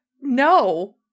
no